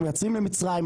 אנחנו מייצאים למצרים,